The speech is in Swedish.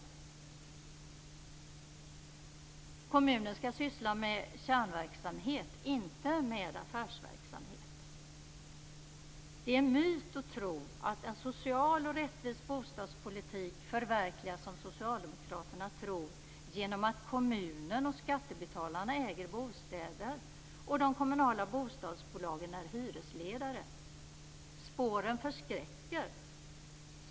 Kommunen skall syssla med kärnverksamhet - inte med affärsverksamhet. Det är en myt att som socialdemokraterna tro att en social och rättvis bostadspolitik förverkligas genom att kommunen och skattebetalarna äger bostäder och de kommunala bostadsbolagen är hyresledare. Spåren förskräcker!